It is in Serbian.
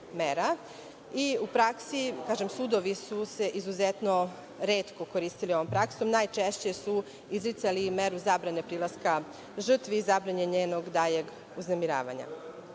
U praksi su se sudovi izuzetno retko koristili ovom praksom, najčešće su izricali meru zabrane prilaska žrtvi i zabrane njenog daljeg uznemiravanja. Kada